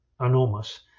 enormous